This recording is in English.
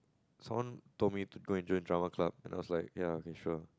someone told me to go and join Drama-Club and I was like ya okay sure